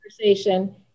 conversation